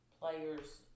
players